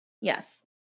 yes